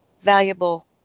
valuable